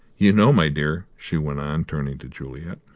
you know, my dear, she went on, turning to juliet,